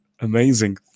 Amazing